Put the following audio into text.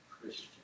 Christian